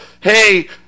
hey